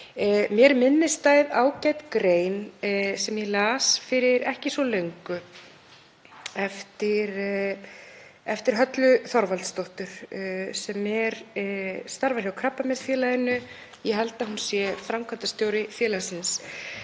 er minnisstæð ágæt grein sem ég las fyrir ekki svo löngu eftir Höllu Þorvaldsdóttur, sem starfar hjá Krabbameinsfélaginu — ég held að hún sé framkvæmdastjóri félagsins